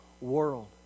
world